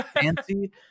fancy